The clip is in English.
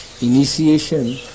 initiation